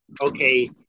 okay